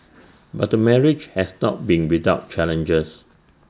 but the marriage has not been without challenges